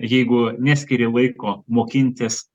jeigu neskiri laiko mokintis